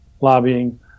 lobbying